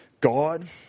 God